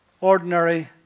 ordinary